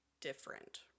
different